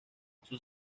sus